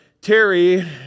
Terry